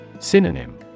synonym